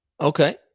Okay